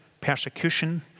persecution